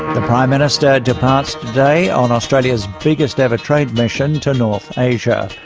the prime minister departs today on australia's biggest ever trade mission to north asia.